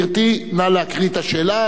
גברתי, נא להקריא את השאלה.